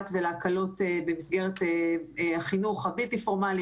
והקלות במסגרת החינוך הבלתי פורמאלי,